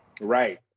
Right